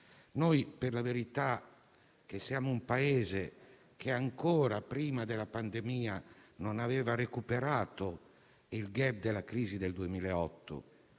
Per la verità, noi che siamo un Paese che, ancora prima della pandemia, non aveva recuperato il *gap* della crisi del 2008